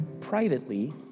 privately